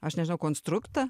aš nežinau konstruktą